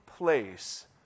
Place